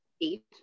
eight